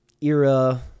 era